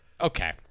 Okay